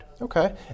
okay